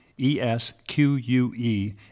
E-S-Q-U-E